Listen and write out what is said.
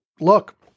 look